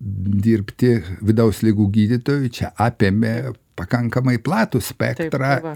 dirbti vidaus ligų gydytoju čia apėmė pakankamai platų spektrą